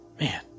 man